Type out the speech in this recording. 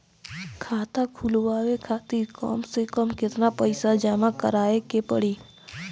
खाता खुलवाये खातिर कम से कम केतना पईसा जमा काराये के पड़ी?